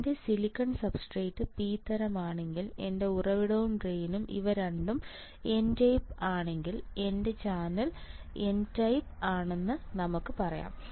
എന്റെ silicon substrate P തരം ആണെങ്കിൽ എന്റെ ഉറവിടവും ഡ്രെയിനും ഇവ രണ്ടും N ടൈപ്പ് ആണെങ്കിൽ എന്റെ ചാനൽ N ടൈപ്പ് ആണെന്ന് നമുക്ക് പറയാം